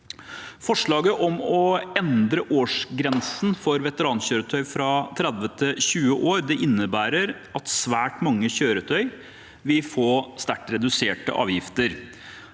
Forslaget om å endre årsgrensen for veterankjøretøy fra 30 til 20 år innebærer at svært mange kjøretøy vil få sterkt reduserte avgifter.